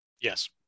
Yes